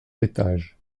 étage